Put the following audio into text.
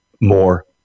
more